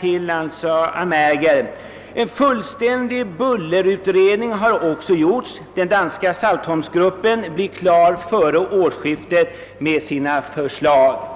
till Amager. En fullständig bullerutredning har «också gjorts. Den danska saltholmsgruppen blir klar före årsskiftet med sitt förslag.